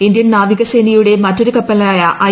Indian നാവികസേനയുടെ മറ്റൊരു കപ്പലായ ഐ